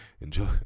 enjoy